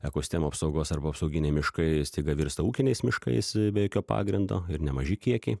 ekostemų apsaugos arba apsauginiai miškai staiga virsta ūkiniais miškais be jokio pagrindo ir nemaži kiekiai